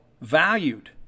valued